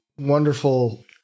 wonderful